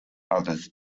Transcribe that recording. others